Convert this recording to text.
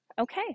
okay